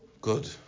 Good